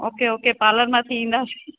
okay okay parlour मां थी ईंदासीं